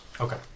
Okay